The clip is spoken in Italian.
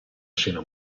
scena